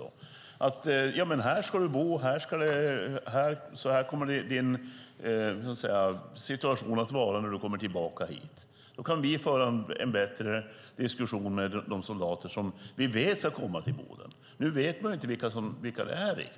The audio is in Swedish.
Då kan man säga: Här ska du bo, och så här kommer din situation att vara när du kommer tillbaka hit. Då kan vi föra en bättre diskussion med de soldater som vi vet ska komma till Boden. Nu vet man inte riktigt vilka det är,